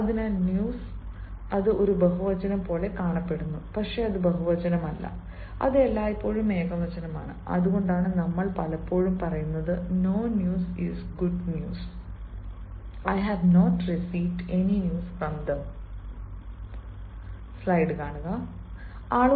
അതിനാൽ ന്യൂസ് അത് ഒരു ബഹുവചനം പോലെ കാണപ്പെടുന്നു പക്ഷേ അത് ബഹുവചനമല്ല അത് എല്ലായ്പ്പോഴും ഏകവചനമാണ് അതുകൊണ്ടാണ് നമ്മൾ പലപ്പോഴും പറയുന്നത് " no news is good news I have not received any news from them " no news is good news I have not received any news from them